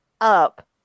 up